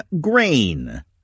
grain